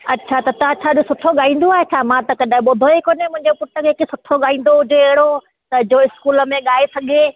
अच्छा त ता तव्हांजो सुठो गाईंदो आहे छा मां त कॾहिं ॿुधो ई कोन्हे मुंहिंजे पुट जेके सुठो गाईंदो हुजे अहिड़ो त जो इस्कूल में गाए सघे